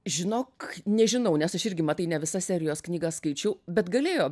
žinok nežinau nes aš irgi matai ne visas serijos knygas skaičiau bet galėjo